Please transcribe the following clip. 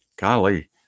golly